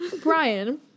Brian